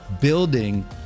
building